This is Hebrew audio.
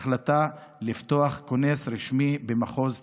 החלטה לפתוח כונס רשמי במחוז צפון.